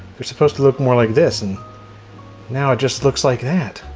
they're supposed to look more like this and now it just looks like that.